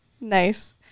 Nice